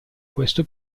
questo